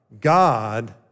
God